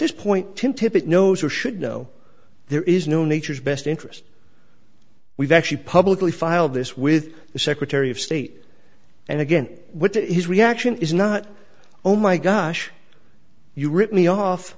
this point tim tippett knows or should know there is no nature's best interest we've actually publicly filed this with the secretary of state and again what his reaction is not oh my gosh you rip me off